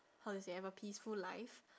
how do you say have a peaceful life